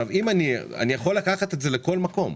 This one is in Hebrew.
אני יכול לקחת את זה לכל מקום.